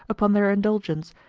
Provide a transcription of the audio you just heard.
upon their indulgence,